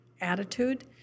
attitude